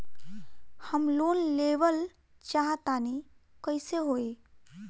हम लोन लेवल चाह तानि कइसे होई?